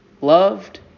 loved